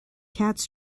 cats